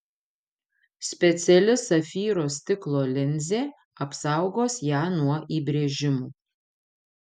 speciali safyro stiklo linzė apsaugos ją nuo įbrėžimų